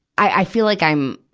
i, i feel like i'm